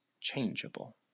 changeable